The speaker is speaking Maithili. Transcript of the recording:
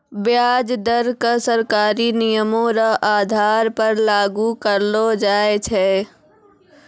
व्याज दर क सरकारी नियमो र आधार पर लागू करलो जाय छै